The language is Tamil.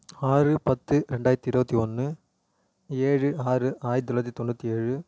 ஆறு பத்து ரெண்டாயிரத்தி இருபத்தி ஒன்று ஏழு ஆறு ஆயிரத்தி தொள்ளாயிரத்தி தொண்ணூற்றி ஏழு